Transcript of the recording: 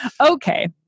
Okay